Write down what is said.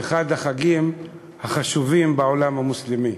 אחד החגים החשובים בעולם המוסלמי,